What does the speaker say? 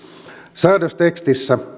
säädöstekstissä